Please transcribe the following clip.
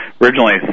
Originally